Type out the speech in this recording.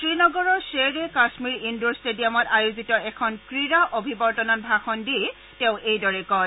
শ্ৰীনগৰৰ শ্বেৰ এ কাশ্মীৰ ইণ্ডোৰ ষ্টেডিয়ামত আয়োজিত এখন ক্ৰীডা অভিৱৰ্তনত ভাষণ দি তেওঁ এইদৰে কয়